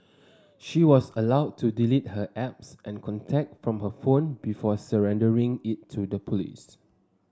she was allowed to delete her apps and contacts from her phone before surrendering it to the police